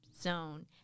zone